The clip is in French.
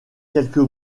quelques